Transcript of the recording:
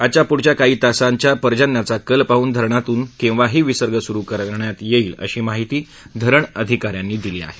आजच्या पुढच्या काही तासांच्या पर्जन्याचा कल पाहन धरणातून केव्हाही विसर्ग सुरू करण्यात येईल अशी माहिती धरण अधिका यांनी दिली आहे